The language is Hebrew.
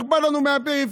אכפת לנו מהפריפריה,